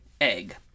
egg